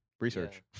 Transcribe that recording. Research